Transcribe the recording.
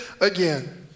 again